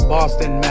Boston